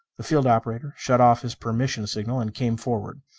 the field operator shut off his permission signal and came forward.